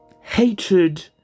Hatred